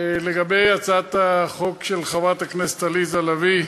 לגבי הצעת החוק של חברת הכנסת עליזה לביא,